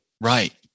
Right